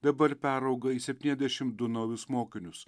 dabar perauga į septyniasdešim du naujus mokinius